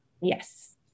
yes